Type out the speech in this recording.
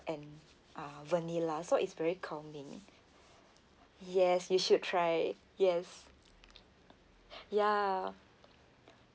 and uh vanilla so is very calming yes you should try yes ya